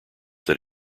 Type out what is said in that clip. that